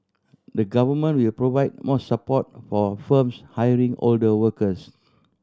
the Government will provide more support for firms hiring older workers